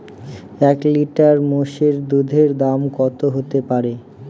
এক লিটার মোষের দুধের দাম কত হতেপারে?